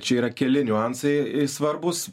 čia yra keli niuansai svarbūs